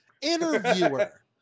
Interviewer